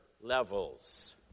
levels